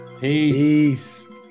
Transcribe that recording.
Peace